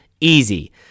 Easy